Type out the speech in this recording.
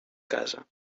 casa